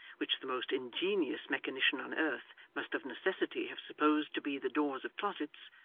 which the most ingenious mechanician on earth must of necessity have supposed to be the doors of closets,